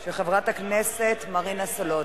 של חברת הכנסת מרינה סולודקין.